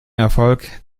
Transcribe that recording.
erfolg